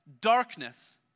Darkness